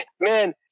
Man